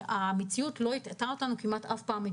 המציאות לא הטעתה אותנו כמעט אף פעם,